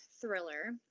thriller